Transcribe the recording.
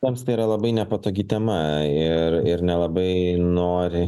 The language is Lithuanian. mums tai yra labai nepatogi tema ir ir nelabai nori